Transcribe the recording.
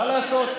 מה לעשות.